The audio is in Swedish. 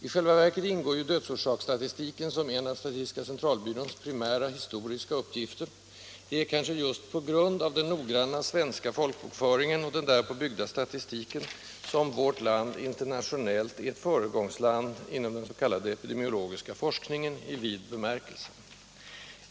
I själva verket ingår ju dödsorsaksstatistiken som en av SCB:s primära historiska uppgifter — det är just på grund av den noggranna svenska folkbokföringen och den därpå byggda statistiken, som vårt land internationellt är ett föregångsland inom den epidemiologiska forskningen i vid bemärkelse.